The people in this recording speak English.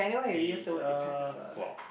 uh !wow!